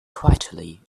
quietly